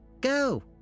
Go